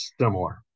similar